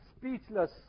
speechless